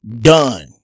Done